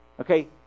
Okay